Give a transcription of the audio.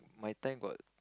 my time got